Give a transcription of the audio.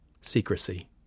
Secrecy